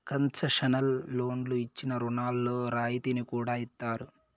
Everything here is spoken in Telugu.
కన్సెషనల్ లోన్లు ఇచ్చిన రుణాల్లో రాయితీని కూడా ఇత్తారు